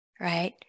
right